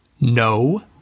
no